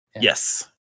Yes